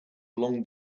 long